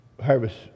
Harvest